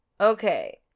Okay